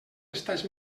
estats